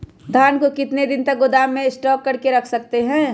धान को कितने दिन को गोदाम में स्टॉक करके रख सकते हैँ?